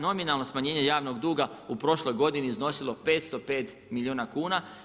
Nominalno smanjenje javnog duga u prošloj godini iznosilo 505 milijuna kuna.